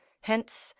hence